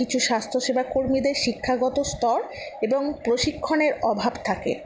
কিছু স্বাস্থ্যসেবা কর্মীদের শিক্ষাগত স্তর এবং প্রশিক্ষণের অভাব থাকে